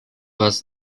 was